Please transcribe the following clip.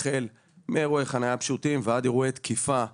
החל מאירועי חניה פשוטים ועד אירועי תקיפה חמורה.